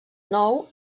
nou